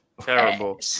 terrible